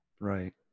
right